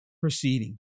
proceeding